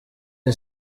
iri